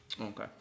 Okay